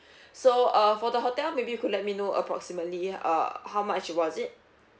so uh for the hotel maybe you could let me know approximately uh how much was it